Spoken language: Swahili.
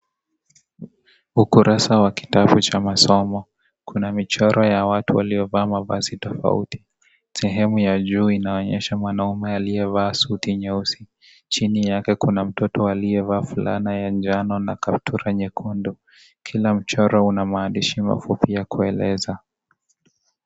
Ukurasa wa kitabu cha masomo, kuna michoro ya watu waliovaa mavazi tofauti sehemu ya juu inaonyesha mwanaume aliyevaa suti nyeusi, chini yake kuna mtoto aliyevaa fulana ya njano na kaptula nyekundu kila mchoro una maandishi mafupi ya kueleza.